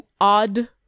odd